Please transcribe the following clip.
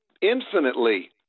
infinitely